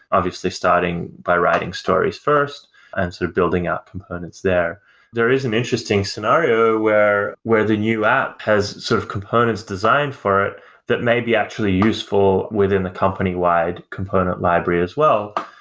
obviously starting by writing stories first and sort of building out components there there is an interesting scenario where where the new app has sort of components designed for it that may be actually useful within a company-wide component library as well.